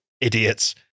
Idiots